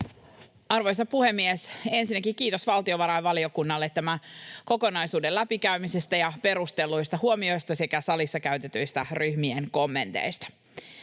Arvoisa puhemies! Ensinnäkin kiitos valtiovarainvaliokunnalle tämän kokonaisuuden läpikäymisestä ja perustelluista huomioista sekä salissa käytetyistä ryhmien kommenteista.